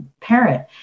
Parent